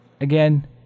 again